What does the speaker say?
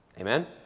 Amen